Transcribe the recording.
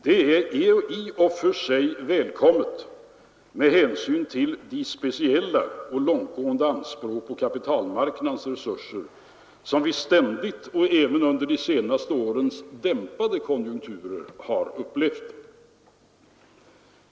Det är i och för sig välkommet, med hänsyn till de speciella och långtgående anspråk på kapitalmarknadens resurser som vi ständigt och även under de senaste årens dämpade konjunkturer har upplevt.